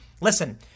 Listen